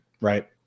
right